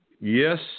Yes